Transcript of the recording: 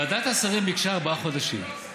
ועדת השרים ביקשה ארבעה חודשים,